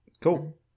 Cool